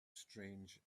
strange